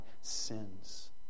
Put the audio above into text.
sins